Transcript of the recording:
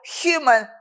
human